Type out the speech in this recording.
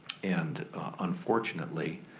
and unfortunately